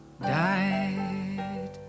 died